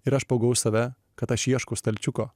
ir aš pagavau save kad aš ieškau stalčiuko